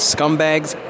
Scumbags